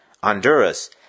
Honduras